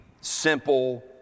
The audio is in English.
simple